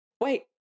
wait